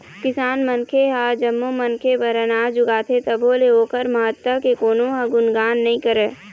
किसान मनखे ह जम्मो मनखे बर अनाज उगाथे तभो ले ओखर महत्ता के कोनो ह गुनगान नइ करय